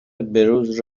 بهروز